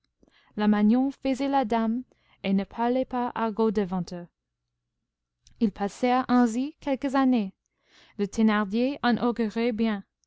la magnon faisait la dame et ne parlait pas argot devant eux ils passèrent ainsi quelques années le thénardier en augurait bien